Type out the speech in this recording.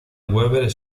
weber